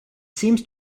seems